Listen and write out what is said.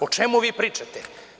O čemu vi pričate?